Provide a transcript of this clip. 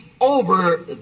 over